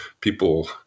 People